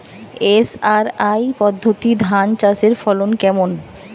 SRI পদ্ধতি ধান চাষের ফলন কেমন?